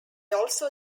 also